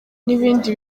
n’ibindi